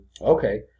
Okay